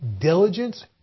diligence